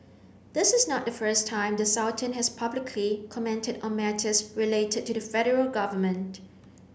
this is not the first time the Sultan has publicly commented on matters related to the federal government